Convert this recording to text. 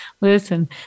listen